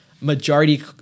majority